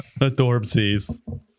Adorbsies